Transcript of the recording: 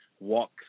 walk